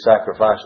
sacrifice